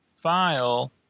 file